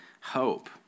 hope